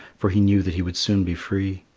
for he knew that he would soon be free.